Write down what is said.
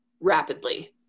rapidly